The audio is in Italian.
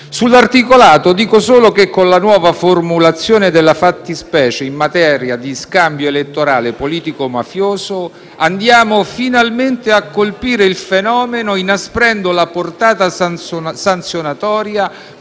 Sull'articolato dico solo che, con la nuova formulazione della fattispecie in materia di scambio elettorale politico-mafioso, andiamo finalmente a colpire il fenomeno, inasprendo la portata sanzionatoria